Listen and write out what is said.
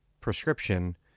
prescription